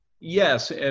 Yes